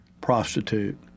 prostitute